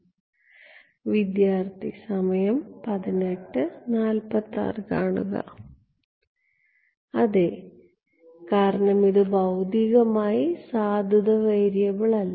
അതെ കാരണം ഇത് ഭൌതികമായി സാധുതയുള്ള വേരിയബിൾ അല്ല